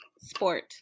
sport